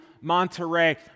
Monterey